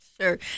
Sure